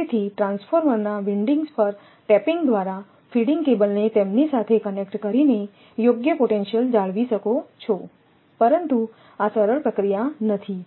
તેથી ટ્રાન્સફોર્મર ના વિન્ડિંગ્સ પર ટેપીંગ દ્વારા ફીડિંગ કેબલને તેમની સાથે કનેક્ટ કરીને યોગ્ય પોટેન્શિયલ જાળવી શકો છો પરંતુ આ સરળ પ્રક્રિયા નથી